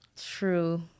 True